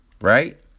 Right